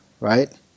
right